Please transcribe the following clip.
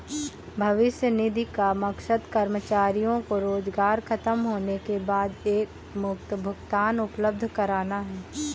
भविष्य निधि का मकसद कर्मचारियों को रोजगार ख़तम होने के बाद एकमुश्त भुगतान उपलब्ध कराना है